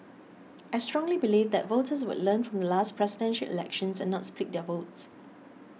I strongly believe that voters would learn from the last Presidential Elections and not split their votes